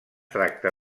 tracta